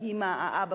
האם אבא,